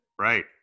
Right